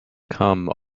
come